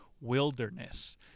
wilderness